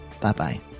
bye-bye